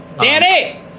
Danny